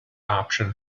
option